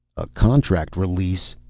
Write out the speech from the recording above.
a contract release?